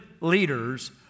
leaders